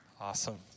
Awesome